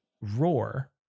roar